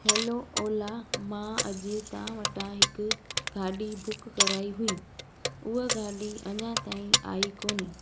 hello Ola मां अॼु तव्हां वटां हिकु गाॾी बुक कराई हुई उहा गाॾी अञा ताईं आई कोन